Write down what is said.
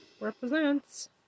Represents